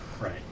Right